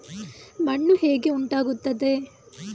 ಮಣ್ಣು ಹೇಗೆ ಉಂಟಾಗುತ್ತದೆ?